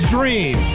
Dream